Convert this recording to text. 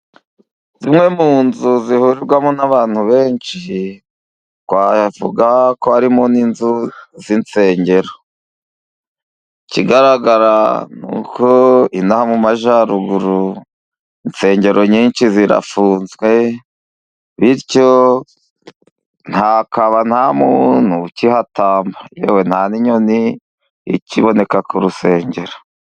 Zimwe mu nzu zihurirwamo n'abantu benshi, twavuga ko harimo n'inzu z'insengero, ikigararagara nuko ino mu majyaruguru insengero nyinshi zirafunzwe, bityo hakaba nta muntu, ukihatamba yewe nta n'inyoni ikiboneka ku rusengero.